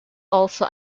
also